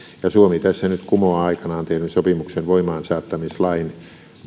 ja suomi tässä nyt kumoaa aikanaan tehdyn sopimuksen voimaansaattamislain